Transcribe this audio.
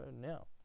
now